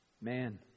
man